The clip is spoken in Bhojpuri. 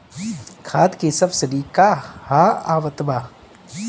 खाद के सबसिडी क हा आवत बा?